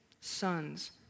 sons